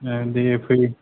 दे फै